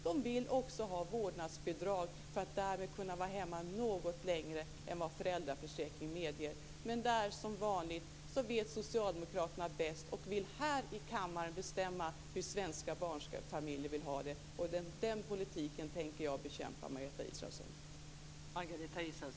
De vill också ha vårdnadsbidrag för att därmed kunna vara hemma något längre än vad föräldraförsäkringen medger. Men där vet som vanligt socialdemokraterna bäst och vill här i kammaren bestämma hur svenska barnfamiljer vill ha det. Den politiken tänker jag bekämpa, Margareta Israelsson.